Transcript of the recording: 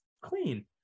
clean